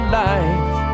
life